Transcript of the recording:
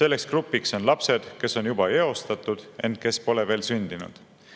Selleks grupiks on lapsed, kes on juba eostatud, ent kes pole veel sündinud.